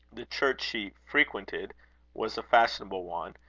the church she frequented was a fashionable one,